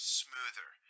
smoother